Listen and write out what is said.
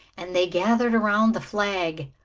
and they gathered around the flag.